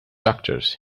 doctors